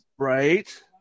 Right